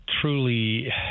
Truly